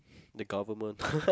the government